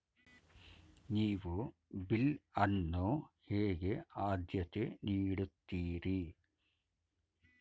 ನೀವು ಬಿಲ್ ಅನ್ನು ಹೇಗೆ ಆದ್ಯತೆ ನೀಡುತ್ತೀರಿ?